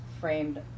framed